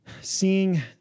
Seeing